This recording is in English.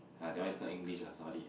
ah that one is not English ah sorry